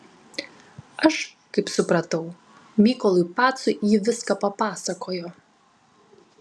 aš kaip supratau mykolui pacui ji viską papasakojo